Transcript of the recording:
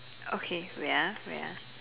okay wait ah wait ah